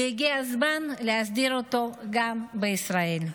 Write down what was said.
והגיע הזמן להסדיר אותו גם בישראל.